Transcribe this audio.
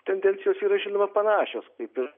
tendencijos yra žinoma panašios kaip ir